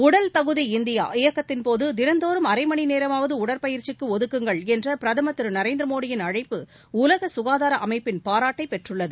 உடல் தகுதி இந்தியா இயக்கத்தின்போது தினந்தோறும் அரை மணி நேரமாவது உடற்பயிற்சிக்கு ஒதுக்குங்கள் என்ற பிரதமர் திரு நரேந்திரமோடியின் அழைப்பு உலக சுகாதார நிறுவனத்தின் பாராட்டை பெற்றுள்ளது